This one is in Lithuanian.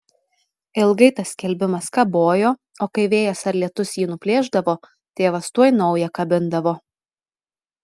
ilgai tas skelbimas kabojo o kai vėjas ar lietus jį nuplėšdavo tėvas tuoj naują kabindavo